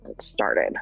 started